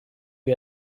wir